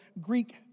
Greek